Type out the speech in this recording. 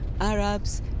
Arabs